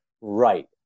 right